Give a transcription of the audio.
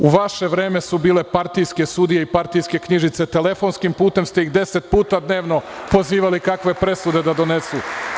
U vaše vreme su bile partijske sudije i partijske knjižice, telefonskim putem ste ih10 puta dnevno pozivali, kakve presude da donesu.